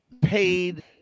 paid